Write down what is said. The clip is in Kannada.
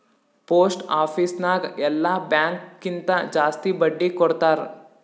ಪೋಸ್ಟ್ ಆಫೀಸ್ ನಾಗ್ ಎಲ್ಲಾ ಬ್ಯಾಂಕ್ ಕಿಂತಾ ಜಾಸ್ತಿ ಬಡ್ಡಿ ಕೊಡ್ತಾರ್